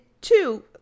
two